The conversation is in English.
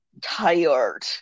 tired